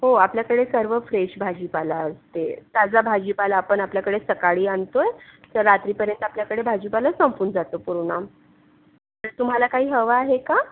हो आपल्याकडे सर्व फ्रेश भाजीपाला असते ताजा भाजीपाला आपण आपल्याकडे सकाळी आणतो आहे तर रात्रीपर्यंत आपल्याकडे भाजीपाला संपून जातो पूर्ण तुम्हाला काही हवं आहे का